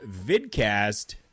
vidcast